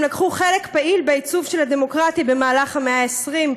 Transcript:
לקחו חלק פעיל בעיצוב של הדמוקרטיה במהלך המאה ה-20.